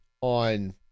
on